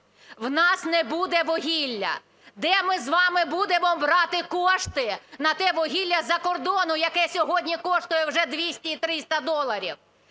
в нас не буде вугілля. Де ми з вами будемо брати кошти на те вугілля з-за кордону, яке сьогодні коштує вже 200 і 300 доларів?